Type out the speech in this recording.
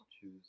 choose